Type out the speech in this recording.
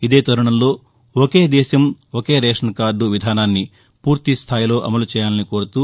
ఇదే తరుణంలో ఒకే దేశం ఒకే రేషన్ కార్డు విధానాన్ని పూర్తి స్థాయిలో అమలు చేయాలని కోరుతూ